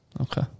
Okay